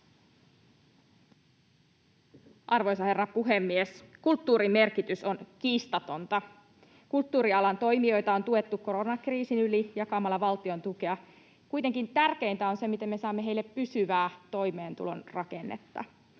Arvoisa herra puhemies! Kulttuurin merkitys on kiistaton. Kulttuurialan toimijoita on tuettu koronakriisin yli jakamalla valtiontukea. Kuitenkin tärkeintä on se, miten me saamme heille pysyvää toimeentulon rakennetta.